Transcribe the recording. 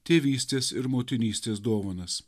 tėvystės ir motinystės dovanas